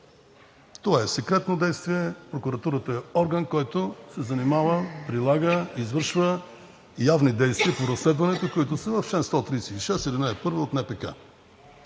Това е секретно действие. Прокуратурата е орган, който се занимава, прилага, извършва явни действия по разследванията, които са в чл. 136, ал.